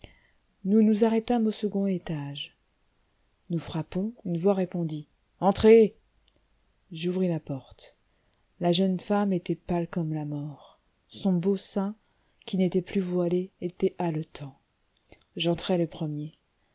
nous nous arrêtâmes au second étage nous frappons une voix répondit entrez j'ouvris la porte la jeune femme était pâle comme la mort son beau sein qui n'était plus voilé était haletant j'entrai le premier